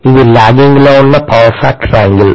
ఇది lagging ఉన్న power factor angle